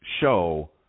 show